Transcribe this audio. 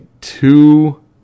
two